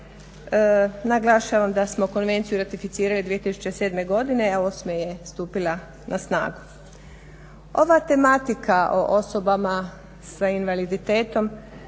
Naglašavam da smo konvenciju ratificirali 2007.godine, a osme je stupila na snagu. Ova tematika o osobama s invaliditetom